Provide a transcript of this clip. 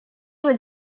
would